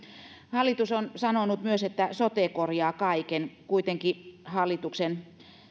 hallitus on sanonut myös että sote korjaa kaiken kuitenkin hallituksen